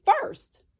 first